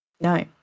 no